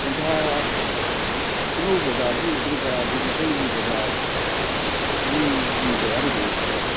ꯇꯦꯟꯊꯥ ꯈꯨꯅꯧ ꯕꯖꯥꯔꯗꯨ ꯑꯣꯏꯗꯣꯔꯤꯕ꯭ꯔꯥ ꯑꯗꯒꯤ ꯃꯊꯪꯒꯤ ꯕꯖꯥꯔ ꯑꯗꯨꯒꯤ ꯖꯒꯥꯗꯨꯗ ꯑꯣꯏꯗꯣꯏꯔꯣ